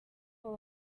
full